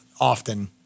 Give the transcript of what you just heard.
often